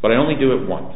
but i only do it once